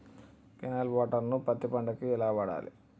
Canal water ను పత్తి పంట కి ఎలా వాడాలి?